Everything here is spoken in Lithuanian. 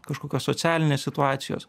kažkokios socialinės situacijos